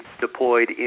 deployed